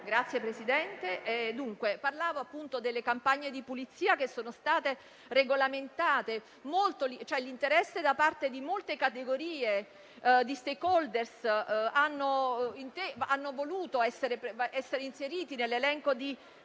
signor Presidente. Stavo parlando delle campagne di pulizia che sono state regolamentate. C'è l'interesse da parte di molte categorie, di *stakeholder* che hanno voluto essere inseriti nell'elenco dei